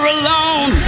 alone